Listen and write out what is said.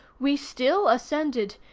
we still ascended,